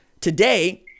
today